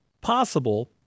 possible